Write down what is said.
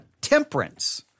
temperance